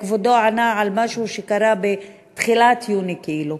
כבודו ענה על משהו שקרה בתחילת יוני, כאילו.